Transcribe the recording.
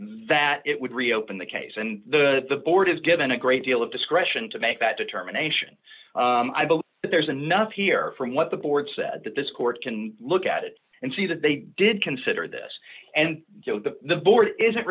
that it would reopen the case and the board is given a great deal of discretion to make that determination i believe there's enough here from what the board says that this court can look at it and see that they did consider this and so the board isn't